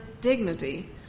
dignity